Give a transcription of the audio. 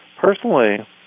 personally